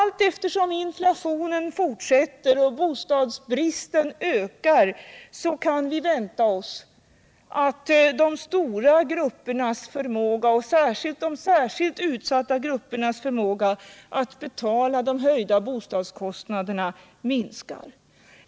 Allteftersom inflationen fortsätter och bostadsbristen ökar kan vi vänta oss att de stora gruppernas, och speciellt då de särskilt utsatta gruppernas, förmåga att betala de höjda bostadskostnaderna minskar.